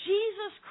Jesus